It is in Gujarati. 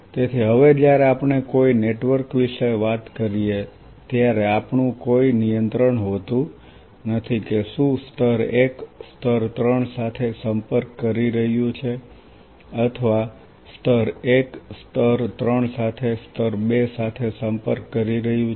તેથી હવે જ્યારે આપણે કોઈ નેટવર્ક વિશે વાત કરીએ ત્યારે આપણું કોઈ નિયંત્રણ હોતું નથી કે શું સ્તર 1 સ્તર 3 સાથે સંપર્ક કરી રહ્યું છે અથવા સ્તર 1 સ્તર 3 સાથે સ્તર 2 સાથે સંપર્ક કરી રહ્યું છે